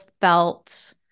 felt